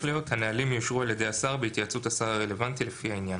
הנהלים יאושרו על ידי השר בהתייעצות עם השר הרלוונטי לפי העניין.